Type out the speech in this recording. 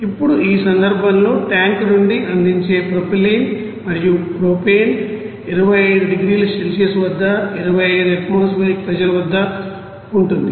ఇప్పుడు ఈ సందర్భంలో ట్యాంక్ నుండి అందించే ప్రొపైలిన్ మరియు ప్రొపేన్ 25 డిగ్రీల సెల్సియస్ వద్ద 25 ఆత్మోసుఫెరిక్ ప్రెషర్ వద్ద ఉంటుంది